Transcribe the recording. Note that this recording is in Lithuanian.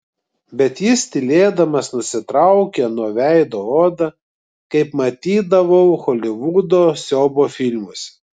bet jis tylėdamas nusitraukė nuo veido odą kaip matydavau holivudo siaubo filmuose